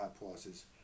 prices